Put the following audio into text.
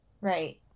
Right